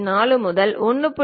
4 முதல் 1